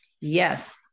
Yes